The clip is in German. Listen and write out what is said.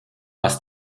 was